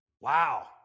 Wow